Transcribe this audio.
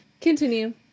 Continue